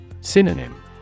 synonym